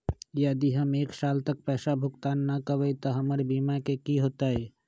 यदि हम एक साल तक पैसा भुगतान न कवै त हमर बीमा के की होतै?